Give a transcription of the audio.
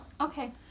Okay